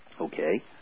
Okay